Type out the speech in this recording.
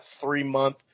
three-month